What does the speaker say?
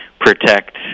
protect